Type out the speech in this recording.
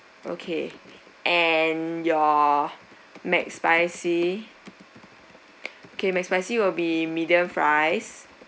okay and your Mcspicy okay Mcspicy will be medium fries